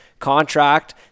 contract